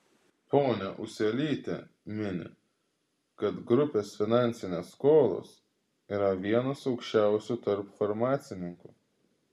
ponia ūselytė mini kad grupės finansinės skolos yra vienos aukščiausių tarp farmacininkų